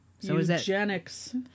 Eugenics